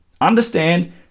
Understand